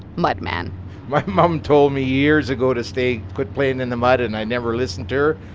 mud man my mom told me years ago to stay quit playing in the mud, and i never listened to her.